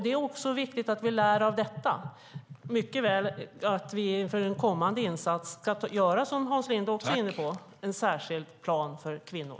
Det är viktigt att vi lär av detta för en kommande insats och gör, som Hans Linde är inne på, en särskild plan för kvinnor.